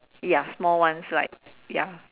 ya small ones like ya